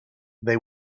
they